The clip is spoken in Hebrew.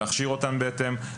להכשיר אותן בהתאם,